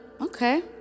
okay